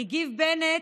הגיב בנט: